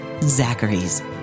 Zachary's